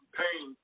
pain